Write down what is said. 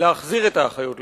להחזיר את האחיות לבתי-הספר.